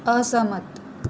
असहमत